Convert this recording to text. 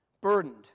burdened